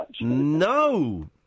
No